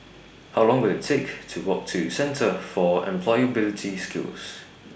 How Long Will IT Take to Walk to Centre For Employability Skills